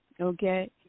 okay